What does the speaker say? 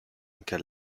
anche